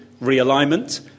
realignment